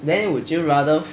then would you rather